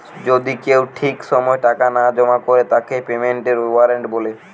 যদি কেউ ঠিক সময় টাকা না জমা করে তাকে পেমেন্টের ওয়ারেন্ট বলে